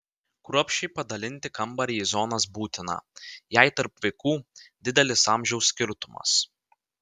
kruopščiai padalinti kambarį į zonas būtina jei tarp vaikų didelis amžiaus skirtumas